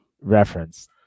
reference